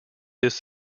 this